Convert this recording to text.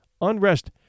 unrest